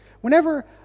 Whenever